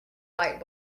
light